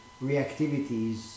reactivities